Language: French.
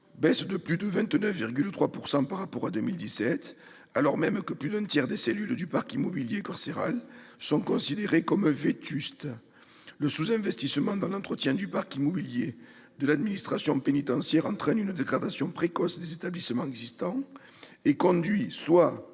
baisse de plus de 29,3 % par rapport à 2017, alors même que plus d'un tiers des cellules du parc immobilier carcéral sont considérées comme vétustes. Le sous-investissement dans l'entretien du parc immobilier de l'administration pénitentiaire entraîne une dégradation précoce des établissements existants et conduit soit